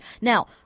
Now